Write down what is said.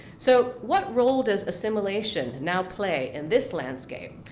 so what role does assimilation now play in this landscape?